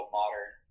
modern